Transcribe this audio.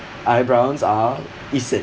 eyebrows are essential